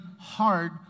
hard